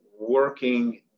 working